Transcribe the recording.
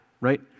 right